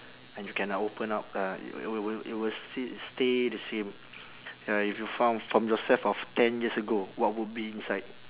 and you can like open up uh it will will it will s~ stay the same ya if you found from yourself of ten years ago what would be inside